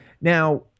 Now